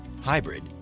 hybrid